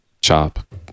chop